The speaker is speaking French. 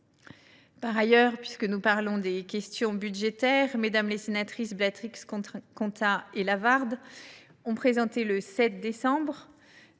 par ailleurs, puisque nous parlons des questions budgétaires, que Mmes les sénatrices Blatrix Contat et Lavarde ont présenté, le 7 décembre,